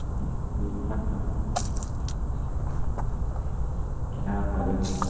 ம் என்ன சொல்வது வேணால் ஒரு